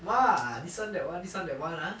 !wah! this [one] that [one] this [one] that [one] ah